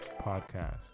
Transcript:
Podcast